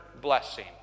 blessing